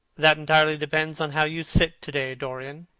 that entirely depends on how you sit to-day, dorian.